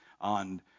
on